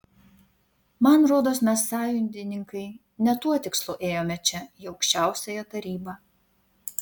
man rodos mes sąjūdininkai ne tuo tikslu ėjome čia į aukščiausiąją tarybą